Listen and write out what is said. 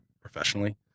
professionally